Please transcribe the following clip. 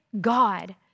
God